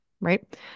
right